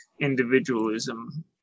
individualism